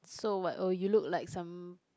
so what or you look like some